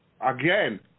Again